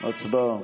הצבעה.